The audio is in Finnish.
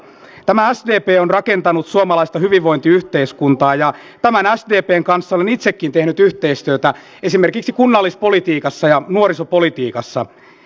tämä sdp on rakentanut suomalaista hyvinvointiyhteiskuntaa ja tämän sdpn kanssa olen itsekin tehnyt yhteistyötä esimerkiksi kunnallispolitiikassa ja nuorisopolitiikassa